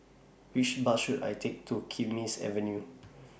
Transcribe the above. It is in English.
Which Bus should I Take to Kismis Avenue